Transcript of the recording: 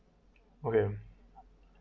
okay